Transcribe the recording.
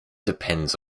depends